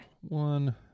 One